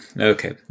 okay